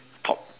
top